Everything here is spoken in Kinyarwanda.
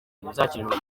ibizakenerwa